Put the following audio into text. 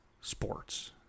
sports